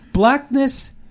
Blackness